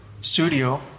studio